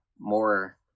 more